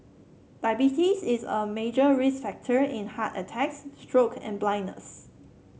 diabetes is a major risk factor in heart attacks stroke and blindness